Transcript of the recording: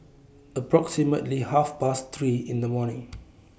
approximately Half Past three in The morning